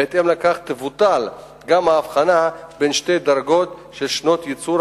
בהתאם לכך תבוטל גם ההבחנה בין שתי דרגות של שנות ייצור,